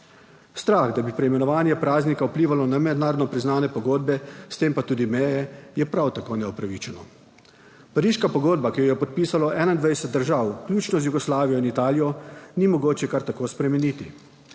Strah, da bi preimenovanje praznika vplivalo na mednarodno priznane pogodbe, s tem pa tudi meje, je prav tako neupravičeno. Pariška pogodba, ki jo je podpisalo 21 držav, vključno z Jugoslavijo in Italijo, ni mogoče kar tako spremeniti.